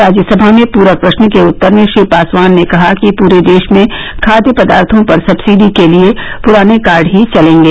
राज्यसभा में प्रक प्रश्न के उत्तर में श्री पासवान ने कहा कि परे देश में खाद्य पदार्थों पर सब्सिडी के लिए पुराने कार्ड ही चलेंगे